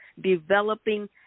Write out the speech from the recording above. developing